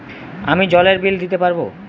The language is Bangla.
আমি জলের বিল দিতে পারবো?